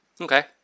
Okay